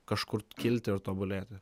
kažkur kilti ir tobulėti